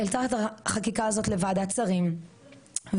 העלתה את החקיקה הזאת לוועדת שרים ובאמת